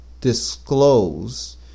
disclose